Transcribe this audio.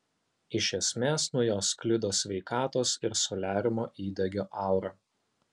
iš esmės nuo jos sklido sveikatos ir soliariumo įdegio aura